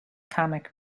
comic